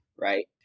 Right